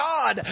God